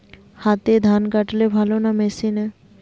হাতে ধান কাটলে ভালো না মেশিনে?